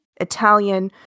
Italian